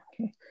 okay